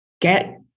get